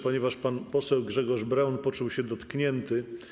Ponieważ pan poseł Grzegorz Braun poczuł się dotknięty.